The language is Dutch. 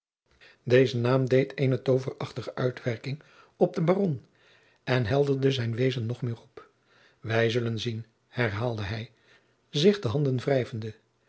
deze naam deed eene toverachtige uitwerking op den baron en helderde zijn wezen nog meer op wij zullen zien herhaalde hij zich de handen